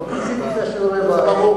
עשיתי את שיעורי-הבית.